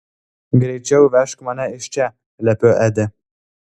greičiau vežk mane iš čia liepiu edi